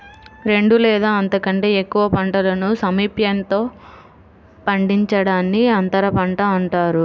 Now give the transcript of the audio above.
రెండు లేదా అంతకంటే ఎక్కువ పంటలను సామీప్యతలో పండించడాన్ని అంతరపంట అంటారు